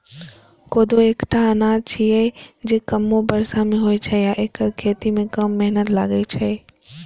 कोदो एकटा अनाज छियै, जे कमो बर्षा मे होइ छै आ एकर खेती मे कम मेहनत लागै छै